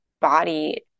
body